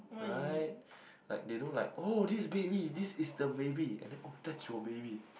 right like they don't like oh this baby this is the baby eh oh that's your baby